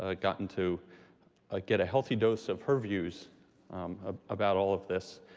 ah gotten to ah get a healthy dose of her views ah about all of this.